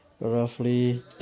roughly